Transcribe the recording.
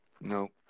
no